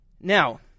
Now